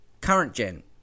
current-gen